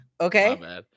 okay